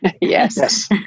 Yes